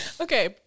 Okay